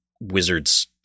Wizards